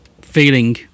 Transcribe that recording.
feeling